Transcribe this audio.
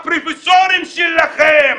הפרופסורים שלכם,